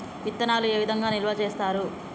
విత్తనాలు ఏ విధంగా నిల్వ చేస్తారు?